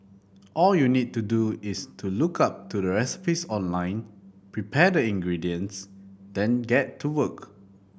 all you need to do is to look up to the recipes online prepare the ingredients then get to work